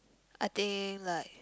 I think like